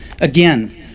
Again